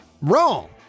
wrong